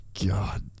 God